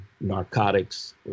narcotics